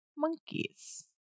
monkeys